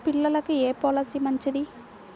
పిల్లలకు ఏ పొలసీ మంచిది?